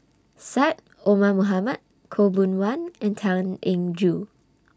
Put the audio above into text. Syed Omar Mohamed Khaw Boon Wan and Tan Eng Joo